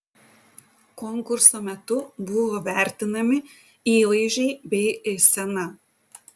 konkurso metu buvo vertinami įvaizdžiai bei eisena